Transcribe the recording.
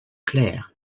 clair